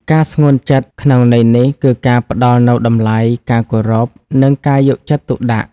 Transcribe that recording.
ការស្ងួនចិត្តក្នុងន័យនេះគឺការផ្តល់នូវតម្លៃ ការគោរព និងការយកចិត្តទុកដាក់។